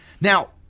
Now